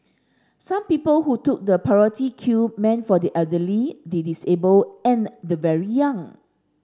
some people who took the priority queue meant for the elderly the disabled and the very young